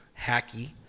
hacky